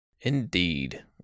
Indeed